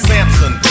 Samson